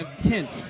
hints